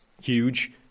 huge